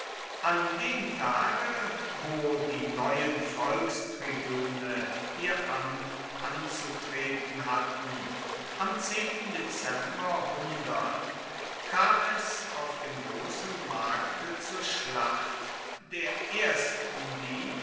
an dem tage wo die neuen volkstribune ihr amt anzutreten hatten am dezember kam es auf dem großen markte zur schlacht der ersten die